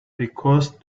because